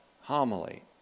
homily